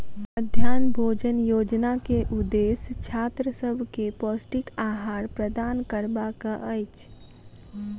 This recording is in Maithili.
मध्याह्न भोजन योजना के उदेश्य छात्र सभ के पौष्टिक आहार प्रदान करबाक अछि